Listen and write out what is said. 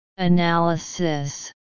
Analysis